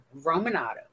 Romanato